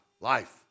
Life